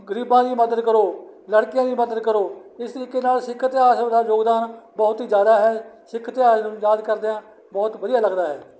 ਗਰੀਬਾਂ ਦੀ ਮਦਦ ਕਰੋ ਲੜਕੀਆਂ ਦੀ ਮਦਦ ਕਰੋ ਇਸ ਤਰੀਕੇ ਨਾਲ ਸਿੱਖ ਇਤਿਹਾਸ ਦਾ ਯੋਗਦਾਨ ਬਹੁਤ ਹੀ ਜ਼ਿਆਦਾ ਹੈ ਸਿੱਖ ਇਤਿਹਾਸ ਨੂੰ ਯਾਦ ਕਰਦਿਆਂ ਬਹੁਤ ਵਧੀਆ ਲੱਗਦਾ ਹੈ